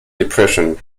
depression